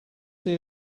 see